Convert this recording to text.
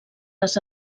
les